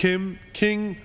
kim king